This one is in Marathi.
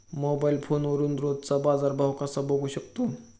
मोबाइल फोनवरून रोजचा बाजारभाव कसा बघू शकतो?